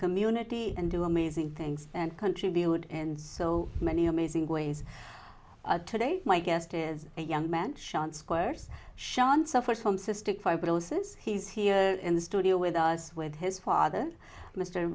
community and do amazing things and contribute and so many amazing ways today my guest is a young man shot squares shown suffers from cystic fibrosis he's here in the studio with us with his father mr